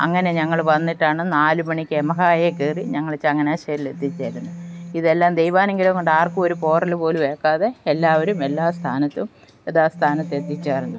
അങ്ങനെ ഞങ്ങൾ വന്നിട്ടാണ് നാലു മണിയ്ക്ക് യമഹയിൽ കയറി ഞങ്ങൾ ചങ്ങനാശ്ശേരിയിൽ എത്തിച്ചേരുന്നത് ഇതെല്ലാം ദൈവാനുഗ്രഹം കൊണ്ട് ആർക്കും ഒരു പോറലു പോലും ഏൽക്കാതെ എല്ലാവരും എല്ലാ സ്ഥാനത്തും യഥാ സ്ഥാനത്തെത്തി ചേർന്നു